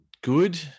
good